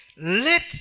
let